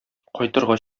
кайтырга